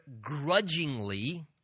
grudgingly